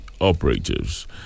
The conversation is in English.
operatives